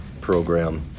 program